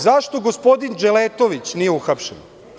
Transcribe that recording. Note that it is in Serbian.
Zašto gospodin Dželetović nije uhapšen?